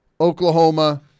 Oklahoma